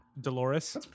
Dolores